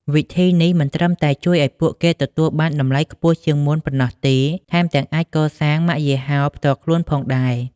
វិធីនេះមិនត្រឹមតែជួយឱ្យពួកគេទទួលបានតម្លៃខ្ពស់ជាងមុនប៉ុណ្ណោះទេ ថែមទាំងអាចកសាងម៉ាកយីហោផ្ទាល់ខ្លួនផងដែរ។